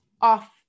off